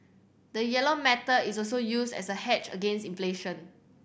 the yellow metal is also used as a hedge against inflation